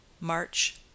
March